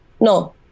No